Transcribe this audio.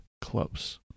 close